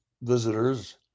visitors